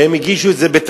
הם הגישו את זה בתצהירים,